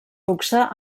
luxe